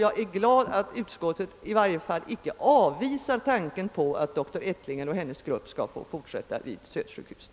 Jag är glad över att utskottet i alla fall inte avvisar tanken på att dr Ettlinger och hennes grupp skall få fortsätta sin verksamhet vid Södersjukhuset.